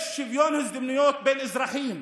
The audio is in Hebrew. יש שוויון הזדמנויות בין אזרחים,